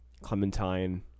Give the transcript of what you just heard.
Clementine